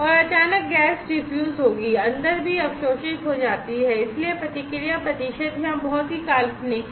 और अचानक gas diffuse होगी अंदर भी अवशोषित हो जाती है इसलिए प्रतिक्रिया प्रतिशत यहाँ बहुत ही काल्पनिक है